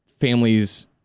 families